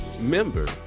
member